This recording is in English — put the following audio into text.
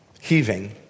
Heaving